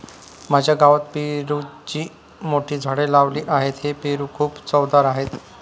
माझ्या गावात पेरूची मोठी झाडे लावली आहेत, हे पेरू खूप चवदार आहेत